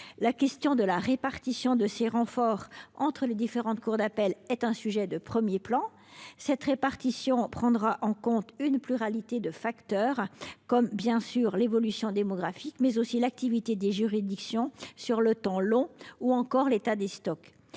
années ! La répartition de ces renforts entre les différentes cours d’appel est un sujet de premier plan. Elle prendra en compte une pluralité de facteurs, comme, bien sûr, l’évolution démographique, l’activité des juridictions dans le temps long ou encore l’état des stocks.